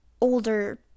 older